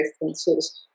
references